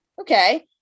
Okay